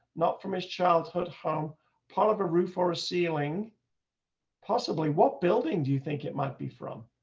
not from his childhood home part of a roof or a ceiling possibly what building. do you think it might be from